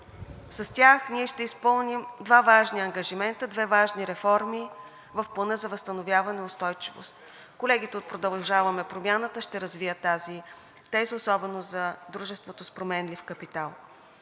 с тях ние ще изпълним два важни ангажимента, две важни реформи в Плана за възстановяване и устойчивост. Колегите от „Продължаваме Промяната“ ще развият тази теза, особено за дружеството с променлив капитал.